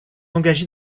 engagée